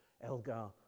Elgar